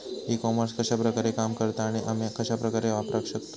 E commerce कश्या प्रकारे काम करता आणि आमी कश्या प्रकारे वापराक शकतू?